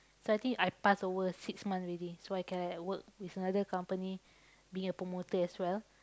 so I think I pass over six month already so I can like work with another company being a promoter as well